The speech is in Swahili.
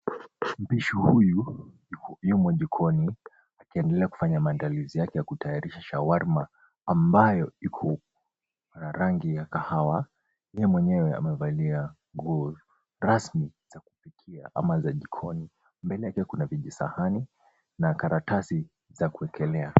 Mpishi huyu yumo jikoni akiendelea kufanya maandalizi yake ya kutayarisha shawarma ambayo iko na rangi ya kahawa. Yeye mwenyewe amevalia nguo rasmi za kupikia ama za jikoni. Mbele kuna vijisahani na karatasi za kuekelea.